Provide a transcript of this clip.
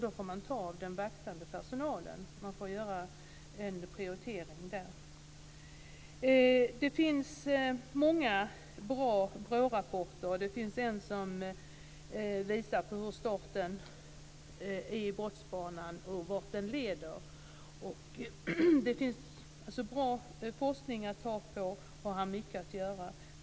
Då får man ta av den vaktande personalen. Man får göra en prioritering där. Det finns många bra BRÅ-rapporter. En visar hur starten på brottsbanan ser ut och vart den leder. Det finns alltså bra forskning att utgå från, och här är mycket att göra.